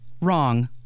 wrong